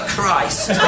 Christ